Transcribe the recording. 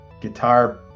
guitar